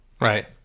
Right